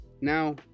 Now